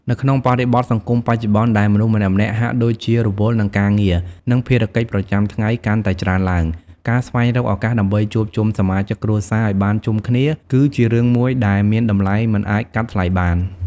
នៅក្នុងបរិបទសង្គមបច្ចុប្បន្ន ដែលមនុស្សម្នាក់ៗហាក់ដូចជារវល់នឹងការងារនិងភារកិច្ចប្រចាំថ្ងៃកាន់តែច្រើនឡើង ការស្វែងរកឱកាសដើម្បីជួបជុំសមាជិកគ្រួសារឲ្យបានជុំគ្នាគឺជារឿងមួយដែលមានតម្លៃមិនអាចកាត់ថ្លៃបាន។